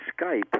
Skype